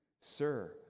sir